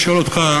או לשאול אותך,